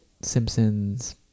Simpsons